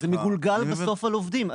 זה מגולגל בסוף על עובדים.